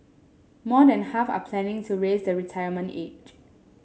more than half are planning to raise the retirement age